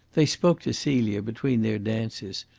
they spoke to celia between their dances.